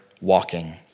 walking